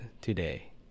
today